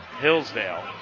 Hillsdale